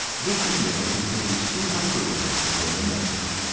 this email contains two hyper-links within the message.